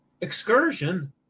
excursion